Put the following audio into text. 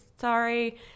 sorry